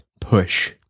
push